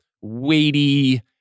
weighty